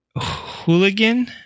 hooligan